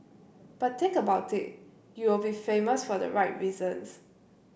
but think about it you will be famous for the right reasons